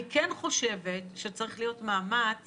אני כן חושבת שצריך להיות מאמץ